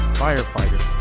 firefighter